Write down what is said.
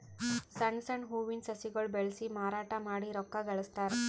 ಸಣ್ಣ್ ಸಣ್ಣ್ ಹೂವಿನ ಸಸಿಗೊಳ್ ಬೆಳಸಿ ಮಾರಾಟ್ ಮಾಡಿ ರೊಕ್ಕಾ ಗಳಸ್ತಾರ್